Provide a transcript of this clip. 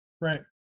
right